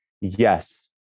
yes